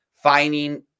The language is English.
Finding